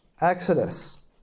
Exodus